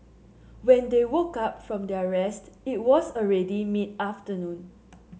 when they woke up from their rest it was already mid afternoon